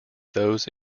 those